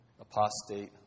apostate